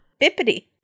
Bippity